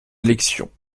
élections